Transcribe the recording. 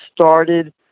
started